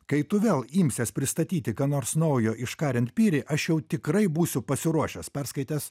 kai tu vėl imsies pristatyti ką nors naujo iš karen piri aš jau tikrai būsiu pasiruošęs perskaitęs